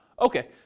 okay